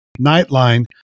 Nightline